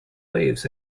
waves